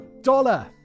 dollar